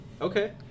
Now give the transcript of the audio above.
Okay